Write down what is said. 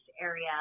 area